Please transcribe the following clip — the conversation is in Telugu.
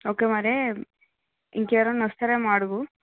ఓకే మరి ఇంకెవరైనా వస్తారేమో అడుగు